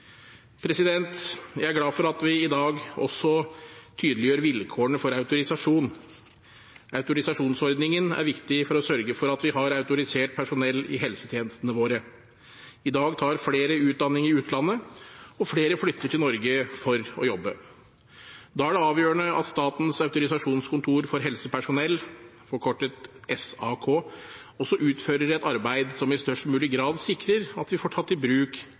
yrkesutøvelsen.» Jeg er glad for at vi i dag også tydeliggjør vilkårene for autorisasjon. Autorisasjonsordningen er viktig for å sørge for at vi har autorisert personell i helsetjenestene våre. I dag tar flere utdanning i utlandet, og flere flytter til Norge for å jobbe. Da er det avgjørende at Statens autorisasjonskontor for helsepersonell, SAK, også utfører et arbeid som i størst mulig grad sikrer at vi får tatt i bruk